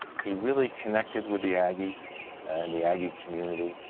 he really connected with the aggie so and the aggie community.